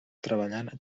treballant